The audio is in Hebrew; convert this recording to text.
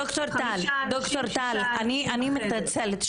ד"ר טל, אני מתנצלת.